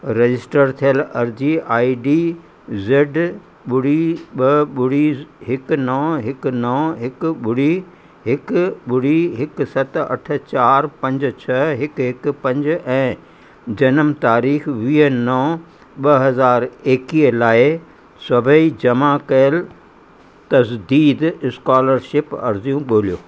register थियल अर्जी I D Z ॿुड़ी ॿ ॿुड़ी हिकु नव हिकु नव हिकु ॿुड़ी हिकु ॿुड़ी हिकु सत अठ चारि पंज छह हिकु हिकु पंज ऐं जनम तारीख़ वीह नव ॿ हज़ार एकवीह लाइ सभई जमां कयल तज़दीद स्कोलर्शिप अर्ज़ियूं ॻोल्हियो